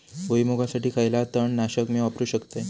भुईमुगासाठी खयला तण नाशक मी वापरू शकतय?